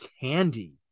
candy